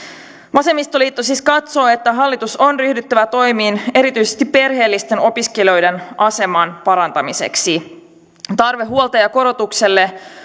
vasemmistoliitto siis katsoo että hallituksen on ryhdyttävä toimiin erityisesti perheellisten opiskelijoiden aseman parantamiseksi tarve huoltajakorotukselle